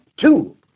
Two